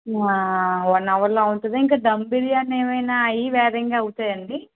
one అవర్లో అవుతుందా ఇంకా దమ్ బిర్యానీ ఏమైనా అవి వేగంగా అవుతాయాండి